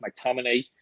mctominay